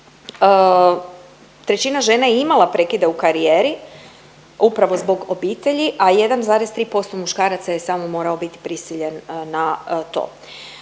trećina žena je imala prekide u karijeri upravo zbog obitelji, a 1,3% muškaraca je samo morao biti prisiljen na to.